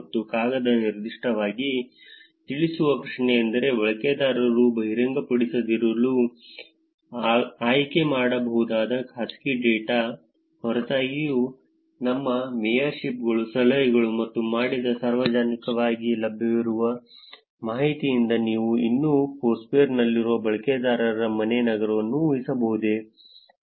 ಮತ್ತು ಕಾಗದ ನಿರ್ದಿಷ್ಟವಾಗಿ ತಿಳಿಸುವ ಪ್ರಶ್ನೆಯೆಂದರೆ ಬಳಕೆದಾರರು ಬಹಿರಂಗಪಡಿಸದಿರಲು ಆಯ್ಕೆಮಾಡಬಹುದಾದ ಖಾಸಗಿ ಡೇಟಾದ ಹೊರತಾಗಿಯೂ ನಮ್ಮ ಮೇಯರ್ಶಿಪ್ಗಳು ಸಲಹೆಗಳು ಮತ್ತು ಮಾಡಿದ ಸಾರ್ವಜನಿಕವಾಗಿ ಲಭ್ಯವಿರುವ ಮಾಹಿತಿಯಿಂದ ನಾವು ಇನ್ನೂ ಫೋರ್ಸ್ಕ್ವೇರ್ನಲ್ಲಿರುವ ಬಳಕೆದಾರರ ಮನೆ ನಗರವನ್ನು ಊಹಿಸಬಹುದೇ